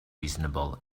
reasonable